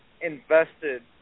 invested